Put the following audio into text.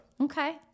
Okay